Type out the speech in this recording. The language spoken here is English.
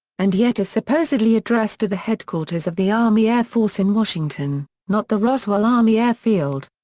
and yet is supposedly addressed to the headquarters of the army air force in washington, not the roswell army air field.